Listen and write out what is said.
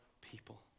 people